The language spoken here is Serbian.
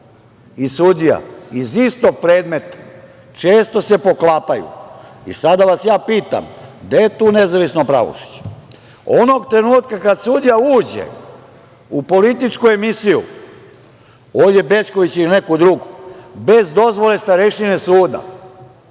i sudija iz istog predmeta, često se poklapaju. I sada vas ja pitam - gde je tu nezavisno pravosuđe? Onog trenutka kad sudija uđe u političku emisiju, Olje Bećković ili neku drugu, bez dozvole starešine suda,